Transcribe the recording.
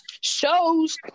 shows